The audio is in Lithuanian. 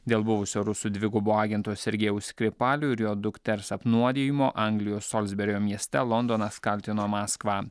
dėl buvusio rusų dvigubo agento sergėjaus skripalio ir jo dukters apnuodijimo anglijos soldsberio mieste londonas kaltino maskvą